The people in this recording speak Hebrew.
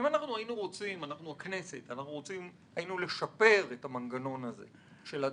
נניח שהיינו רוצים לשפר את המנגנון הזה של הדח"צ.